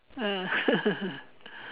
ah